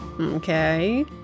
Okay